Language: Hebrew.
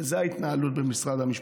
וזאת ההתנהלות במשרד המשפטים.